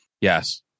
yes